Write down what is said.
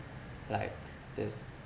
like there's